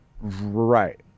Right